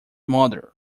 mother